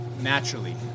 naturally